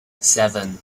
seven